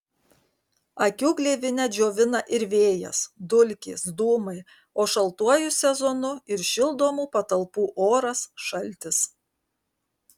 akių gleivinę džiovina ir vėjas dulkės dūmai o šaltuoju sezonu ir šildomų patalpų oras šaltis